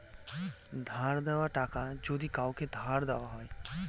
ধার দেওয়া টাকা যদি কাওকে ধার দেওয়া হয়